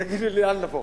תגידו לי לאן לבוא.